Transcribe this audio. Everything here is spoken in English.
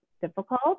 difficult